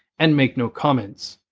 and make no comments.